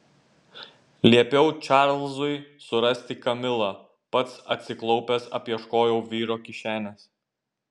liepiau čarlzui surasti kamilą pats atsiklaupęs apieškojau vyro kišenes